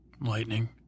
Lightning